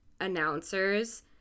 announcers